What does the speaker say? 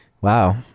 Wow